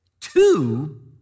two